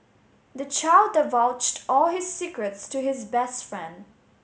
the child divulged all his secrets to his best friend